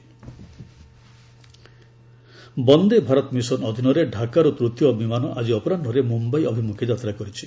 Vande Bharat mission Dhaka Vande Bharat mission ଅଧୀନରେ ଡାକାରୁ ତୃତୀୟ ବିମାନ ଆଜି ଅପରାହ୍କରେ ମୁମ୍ଭାଇ ଅଭିମୁଖେ ଯାତ୍ରା କରିଛି